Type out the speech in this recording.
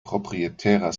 proprietärer